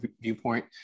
viewpoint